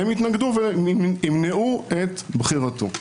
הם יתנגדו וימנעו את בחירתו.